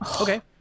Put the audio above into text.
okay